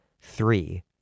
three